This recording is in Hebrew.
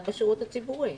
גם בשירות הציבורי.